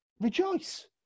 Rejoice